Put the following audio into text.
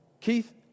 Keith